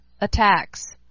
attacks